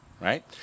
right